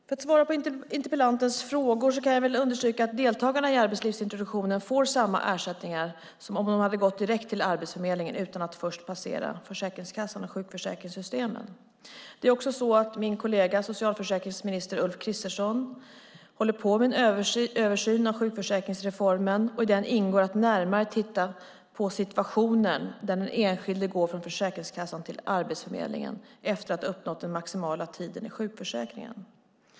För att svara på interpellantens frågor kan jag understryka att deltagarna i arbetslivsintroduktionen får samma ersättningar som om de hade gått direkt till Arbetsförmedlingen utan att först passera Försäkringskassan och sjukförsäkringssystemen. Det är också så att min kollega, socialförsäkringsminister Ulf Kristersson, håller på med en översyn av sjukförsäkringsreformen. I detta ingår att närmare titta på situationen när den enskilde går från Försäkringskassan till Arbetsförmedlingen efter att ha uppnått den maximala tiden i sjukförsäkringen.